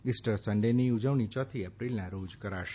Easter સન્ડેની ઉજવણી ચોથી એપ્રિલના રોજ કરાશે